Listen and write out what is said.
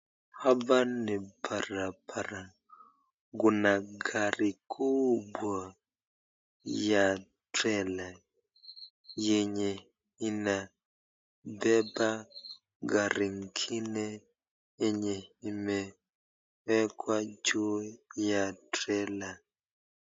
Hapa ni barabara ,kuna gari kubwa ya trela yenye inabeba gari ingine yenye imewekwa juu ya trela.